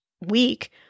week